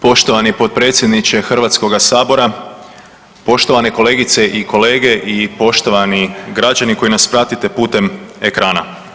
Poštovani potpredsjedniče Hrvatskoga sabora, poštovane kolegice i kolege i poštovani građani koji nas pratite putem ekrana.